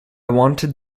wanted